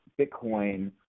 Bitcoin